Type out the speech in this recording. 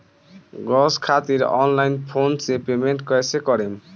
Gas खातिर online phone से payment कैसे करेम?